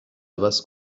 عوض